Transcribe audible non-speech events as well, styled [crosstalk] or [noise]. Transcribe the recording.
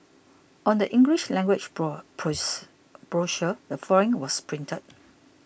on the English language [unintelligible] brochure the following was printed